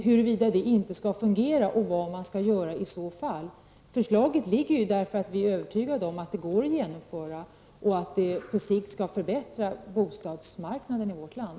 Förslaget finns ju därför att vi är överens om att det skall träda i kraft och därför att vi är övertygade om att det går att genomföra och att det på sikt skall förbättra bostadsmarknaden i vårt land.